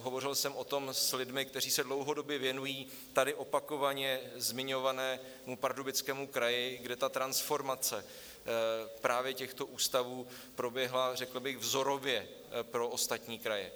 Hovořil jsem o tom s lidmi, kteří se dlouhodobě věnují tady opakovaně zmiňovanému Pardubickému kraji, kde transformace právě těchto ústavů proběhla, řekl bych, vzorově pro ostatní kraje.